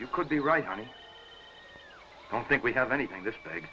you could be right honey i don't think we have anything this big